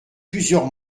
plusieurs